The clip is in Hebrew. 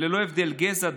ללא הבדלי גזע,